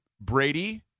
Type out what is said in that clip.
Brady